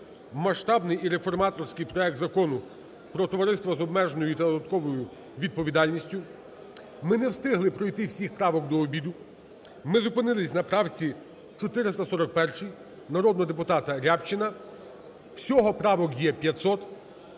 масштабний і реформаторський проект Закону про товариство з обмеженою і додатковою відповідальністю. Ми не встигли пройти всіх правок до обіду, ми зупинились на правці 441 народного депутата Рябчина. Всього правок є 500,